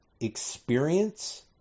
experience